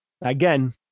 Again